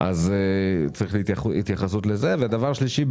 הדבר השלישי,